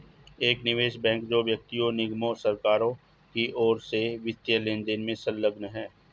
एक निवेश बैंक जो व्यक्तियों निगमों और सरकारों की ओर से वित्तीय लेनदेन में संलग्न है